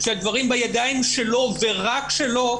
שהדברים בידיים שלו ורק שלו,